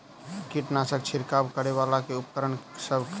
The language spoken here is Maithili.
कीटनासक छिरकाब करै वला केँ उपकरण सब छै?